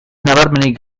nabarmenik